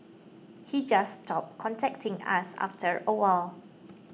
he just stopped contacting us after a while